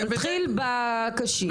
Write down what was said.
נתחיל בקשים.